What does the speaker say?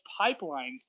pipelines